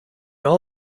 all